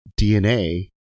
DNA